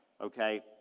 Okay